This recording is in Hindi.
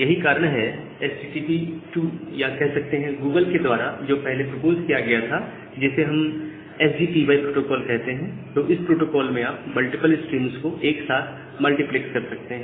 यही कारण है कि एचटीटीपी 2 या कह सकते हैं कि गूगल के द्वारा जो पहले प्रपोज किया गया था जिसे हम एसपीडीवाई प्रोटोकॉल कहते हैं तो इस प्रोटोकॉल में आप मल्टीपल स्ट्रीम्स को एक साथ मल्टीप्लेक्स कर सकते हैं